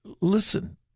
listen